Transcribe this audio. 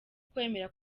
ukwemera